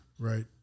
Right